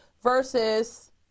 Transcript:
versus